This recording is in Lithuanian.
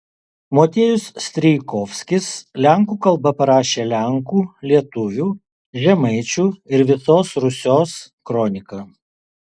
motiejus strijkovskis lenkų kalba parašė lenkų lietuvių žemaičių ir visos rusios kroniką